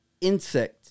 insect